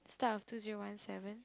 start of two zero one seven